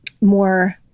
more